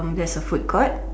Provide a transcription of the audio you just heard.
there's a food court